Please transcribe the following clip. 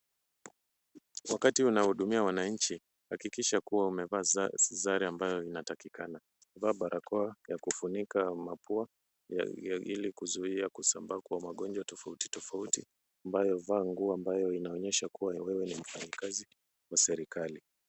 Wakati unahudumia wananchi hakikisha kuwa umevaa sare ambayo inatakikana. Vaa barakoa ya kufunika mapua ili kuzuia kusambaa kwa magonjwa tofauti tofauti ambayo vaa nguo ambayo inaonyesha wewe ni mfanyikazi wa serikali.